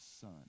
son